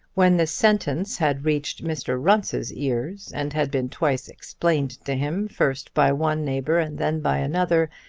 when the sentence had reached mr. runce's ears, and had been twice explained to him, first by one neighbour and then by another,